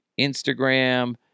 Instagram